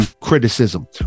criticism